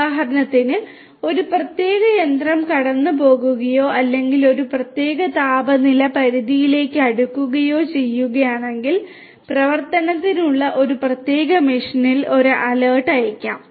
ഉദാഹരണത്തിന് ഒരു പ്രത്യേക യന്ത്രം കടന്നുപോകുകയോ അല്ലെങ്കിൽ ഒരു പ്രത്യേക താപനില പരിധിയിലേക്ക് അടുക്കുകയോ ചെയ്യുകയാണെങ്കിൽ പ്രവർത്തനത്തിലുള്ള ഒരു പ്രത്യേക മെഷീനിൽ ഒരു അലർട്ട് അയയ്ക്കാം